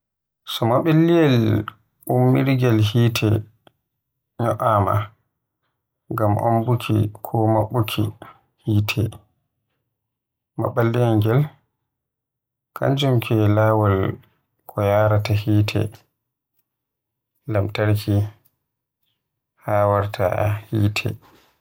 So maballiyel ummurgil hite nyoaama ngam ombuki ko mabbuki hite, maballiyel ngel kanjum ke laawol ko yaraata hite lamtarki haa warta hite.